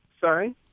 Sorry